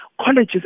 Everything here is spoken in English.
colleges